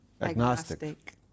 Agnostic